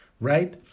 right